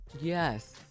Yes